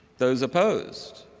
those opposed.